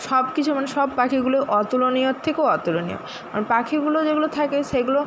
সব কিছু মানে সব পাখিগুলো অতুলনীয়র থেকেও অতুলনীয় পাখিগুলো যেগুলো থাকে সেগুলো